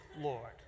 Lord